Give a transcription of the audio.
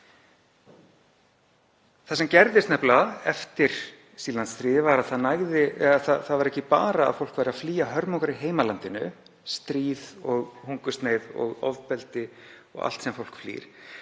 Það sem gerðist nefnilega eftir Sýrlandsstríðið var að ekki bara var fólk að flýja hörmungar í heimalandinu, stríð, hungursneyð og ofbeldi og allt sem fólk flýr,